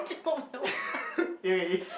Young and Eve